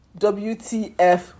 WTF